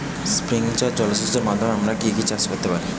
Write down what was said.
Sprinkler জলসেচের মাধ্যমে আমরা কি কি চাষ করতে পারি?